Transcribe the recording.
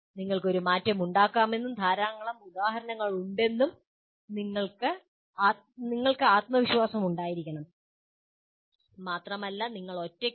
നിങ്ങൾക്ക് ഒരു മാറ്റമുണ്ടാക്കാമെന്നും ധാരാളം ഉദാഹരണങ്ങൾ ഉണ്ടെന്നും നിങ്ങൾക്ക് ആത്മവിശ്വാസം ഉണ്ടായിരിക്കണം മാത്രമല്ല നിങ്ങൾ ഒറ്റയ്ക്കല്ല